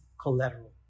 collateral